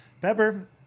Pepper